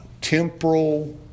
temporal